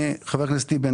חבר הכנסת טיבי,